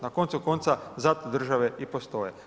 Na koncu konca zato države i postoje.